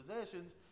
possessions